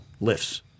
lifts